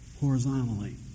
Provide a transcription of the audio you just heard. horizontally